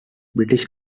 british